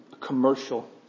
commercial